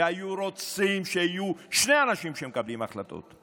והיו רוצים שיהיו שני אנשים שמקבלים החלטות: